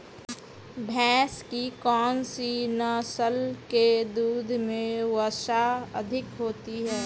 भैंस की कौनसी नस्ल के दूध में वसा अधिक होती है?